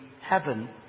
heaven